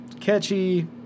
catchy